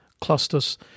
clusters